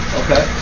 okay